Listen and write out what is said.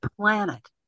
planet